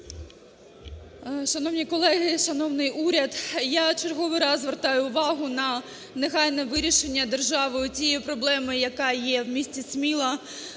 Шановні колеги, шановний уряд, я черговий раз звертаю увагу на негайне вирішення державою тієї проблеми, яка є у місті Сміла,